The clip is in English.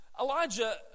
Elijah